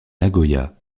nagoya